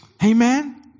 Amen